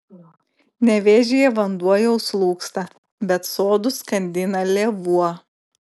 nevėžyje vanduo jau slūgsta bet sodus skandina lėvuo